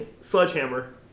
Sledgehammer